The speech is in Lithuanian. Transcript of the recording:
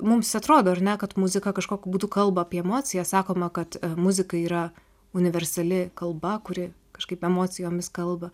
mums atrodo ar ne kad muzika kažkokiu būdu kalba apie emociją sakoma kad muzika yra universali kalba kuri kažkaip emocijomis kalba